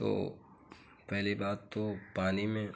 तो पहली बात तो पानी में